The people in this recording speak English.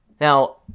Now